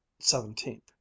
seventeenth